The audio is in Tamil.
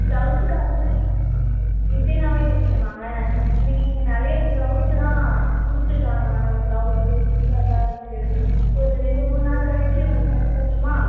பிளவுஸுக்காரங்க டிசைனாகவே தைக்கிணுமாங்க எனக்கு இங்கே நிறைய பிளவுஸுஸெலாம் கொடுத்துருக்காங்கங்க பிளவுஸு சுடிதாரெலாம் இருக்குது ஒரு ரெண்டு மூணு நாள் கழித்து உங்களுக்குத் தைச்சித் தரட்டுமா